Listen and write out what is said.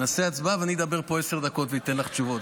נעשה הצבעה ואני אדבר פה עשר דקות ואתן לך תשובות.